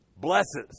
blesses